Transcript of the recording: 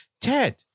Ted